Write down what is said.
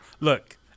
Look